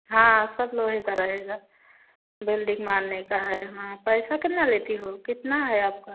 हाँ सब लोहे का रहेगा बेल्डिंग मारने का है हाँ पैसा कितना लेती हो कितना है आपका